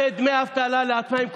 זה דמי אבטלה לעצמאים.